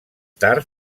tard